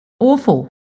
Awful